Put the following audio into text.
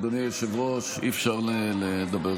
אדוני היושב-ראש, אי-אפשר לדבר ככה.